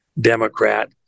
Democrat